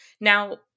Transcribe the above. Now